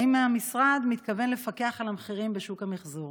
2. האם המשרד מתכוון לפקח על המחירים בשוק המחזור?